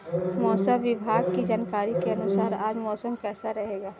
मौसम विभाग की जानकारी के अनुसार आज मौसम कैसा रहेगा?